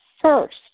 first